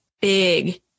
big